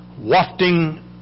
wafting